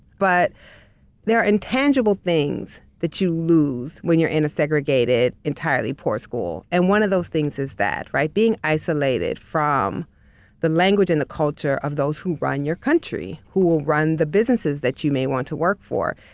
but there are intangible things that you lose when you're in a segregated entirely poor school. and one of those things is that by being isolated from the language and the culture of those who run your country who will run the businesses that you may want to work for,